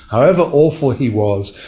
however awful he was,